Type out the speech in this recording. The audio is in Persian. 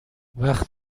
فقط